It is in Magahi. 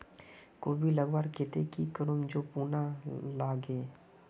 कोबी लगवार केते की करूम जे पूका ना लागे?